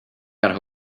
got